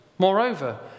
Moreover